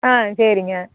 ஆ சரிங்க